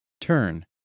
Turn